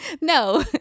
No